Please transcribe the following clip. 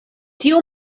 tiu